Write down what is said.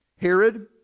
Herod